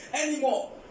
anymore